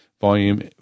volume